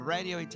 Radio